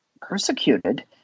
persecuted